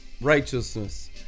righteousness